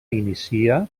inicia